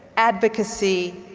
advocacy,